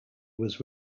was